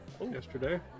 yesterday